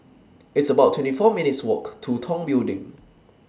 It's about twenty four minutes' Walk to Tong Building